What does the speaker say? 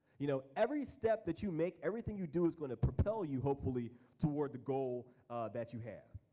you know every step that you make, everything you do is gonna propel you hopefully toward the goal that you have.